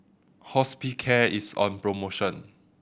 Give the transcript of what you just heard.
Hospicare is on promotion